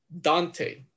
Dante